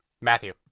Matthew